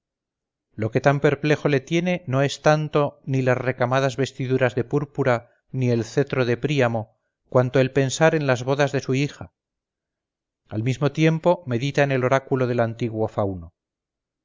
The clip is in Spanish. lo que tan perplejo le tiene no es tanto ni las recamadas vestiduras de púrpura ni el cetro de príamo cuanto el pensar en las bodas de su hija al mismo tiempo medita en el oráculo del antiguo fauno